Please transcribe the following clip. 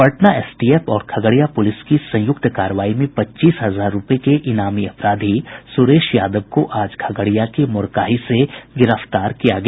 Patna STF और Khagaria police की संयुक्त कार्रवाई में पच्चीस हजार रूपये के ईनामी अपराधी सुरेश यादव को आज खगड़िया के मोरकाही से गिरफ्तार कर लिया गया